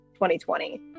2020